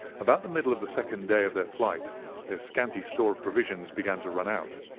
about the middle of the second day of their flight their scanty store of provisions began to run out.